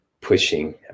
pushing